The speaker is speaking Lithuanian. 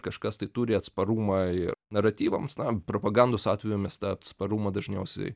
kažkas tai turi atsparumą ir naratyvams na propagandos atveju mes tą atsparumą dažniausiai